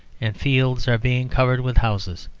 and fields are being covered with houses.